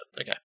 okay